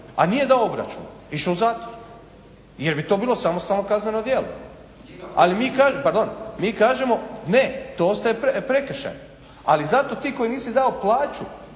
a nije dao obračun išao u zatvor jer bi to bilo samostalno kazneno djelo. Ali mi kažemo to ostaje prekršaj. Ali zato ti koji nisi dao plaću